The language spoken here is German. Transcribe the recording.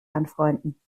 anfreunden